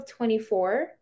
24